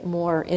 more